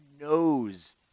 knows